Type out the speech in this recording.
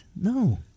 No